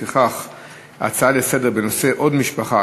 לפיכך ההצעה לסדר-היום בנושא: עוד משפחה